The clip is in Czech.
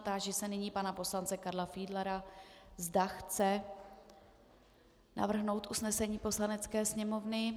Táži se nyní pana poslance Karla Fiedlera, zda chce navrhnout usnesení Poslanecké sněmovny.